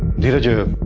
did you